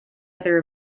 other